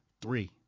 Three